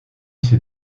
ses